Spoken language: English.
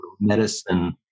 medicine